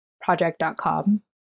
project.com